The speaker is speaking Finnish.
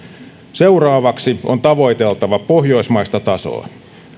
seuraavaksi on tavoiteltava pohjoismaista tasoa